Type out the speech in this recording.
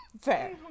Fair